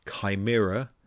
Chimera